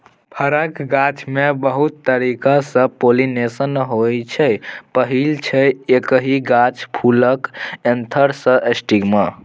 फरक गाछमे बहुत तरीकासँ पोलाइनेशन होइ छै पहिल छै एकहि गाछ फुलक एन्थर सँ स्टिगमाक